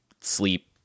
sleep